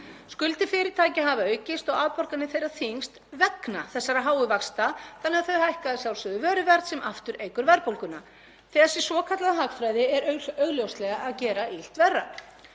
Skuldir fyrirtækja hafa aukist og afborganir þeirra þyngst vegna þessara háu vaxta þannig að þau hækka að sjálfsögðu vöruverð sem aftur eykur verðbólguna. Þessi svokallaða hagfræði er augljóslega að gera illt verra.